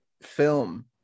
film